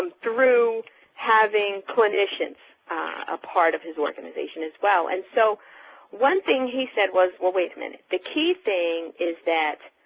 um through having clinicians a part of his organization as well, and so one thing he said was well wait a minute. the key thing is that